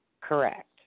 Correct